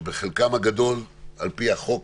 שבחלקם הגדול על פי החוק